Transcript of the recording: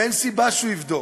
ואין סיבה שהוא יבדוק.